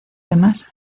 demás